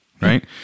Right